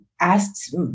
asked